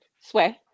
Sway